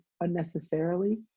unnecessarily